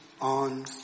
on